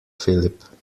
philip